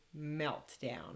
meltdown